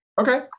okay